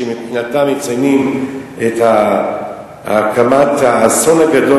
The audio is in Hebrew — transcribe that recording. כי מבחינתם הם מציינים את האסון הגדול